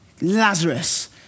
Lazarus